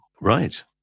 Right